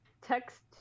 text